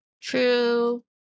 True